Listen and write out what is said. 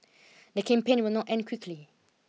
the campaign will not end quickly